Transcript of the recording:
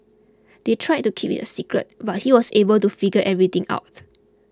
they tried to keep it a secret but he was able to figure everything out